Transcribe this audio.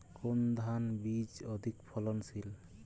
কোন ধান বীজ অধিক ফলনশীল?